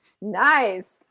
Nice